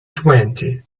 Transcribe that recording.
twenty